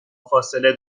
فاصله